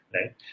right